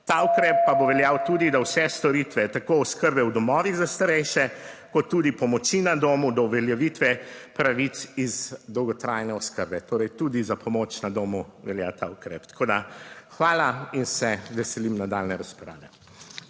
Ta ukrep pa bo veljal tudi, da vse storitve, tako oskrbe v domovih za starejše, kot tudi pomoči na domu do uveljavitve pravic iz dolgotrajne oskrbe. Torej, tudi za pomoč na domu velja ta ukrep. Hvala in se veselim nadaljnje razprave.